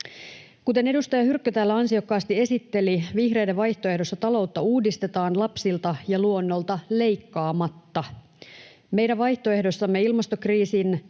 Kuten edustaja Hyrkkö täällä ansiokkaasti esitteli, vihreiden vaihtoehdossa taloutta uudistetaan lapsilta ja luonnolta leikkaamatta. Meidän vaihtoehdossamme ilmastokriisin